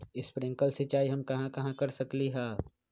Sprinkle सिंचाई हम कहाँ कहाँ कर सकली ह?